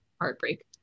heartbreak